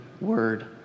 word